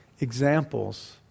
examples